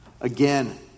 Again